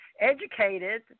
educated